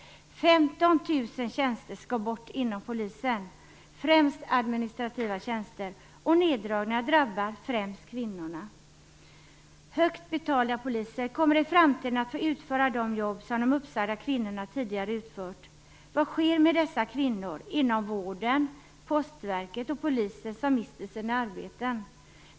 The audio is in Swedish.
15 000 tjänster skall bort inom polisen, främst administrativa tjänster. Neddragningarna drabbar främst kvinnorna. Högt betalda poliser kommer i framtiden att få utföra de jobb som de uppsagda kvinnorna tidigare utfört. Vad sker med dessa kvinnor inom vården, postverket och polisen, som mister sina arbeten?